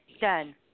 done